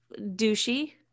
Douchey